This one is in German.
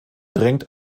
drängt